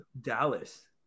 dallas